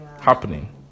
happening